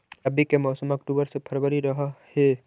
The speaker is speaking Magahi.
रब्बी के मौसम अक्टूबर से फ़रवरी रह हे